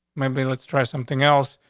maybe. let's try something else.